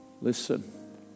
Listen